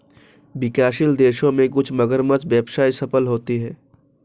विकासशील देशों में कुछ मगरमच्छ व्यवसाय सफल होते हैं